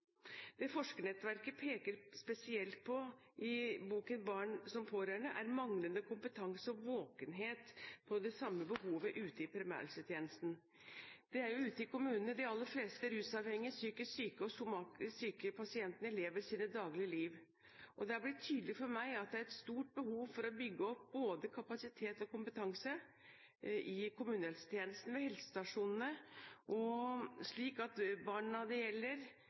Det forskernettverket peker spesielt på i boken Barn som pårørende, er manglende kompetanse og våkenhet overfor det samme behovet ute i primærhelsetjenesten. Det er jo ute i kommunene de aller fleste rusavhengige, psykisk syke og somatisk syke pasientene lever sine daglige liv. Det er blitt tydelig for meg at det er et stort behov for å bygge opp både kapasitet og kompetanse i kommunehelsetjenesten og ved helsestasjonene slik at barna det gjelder,